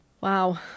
Wow